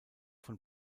von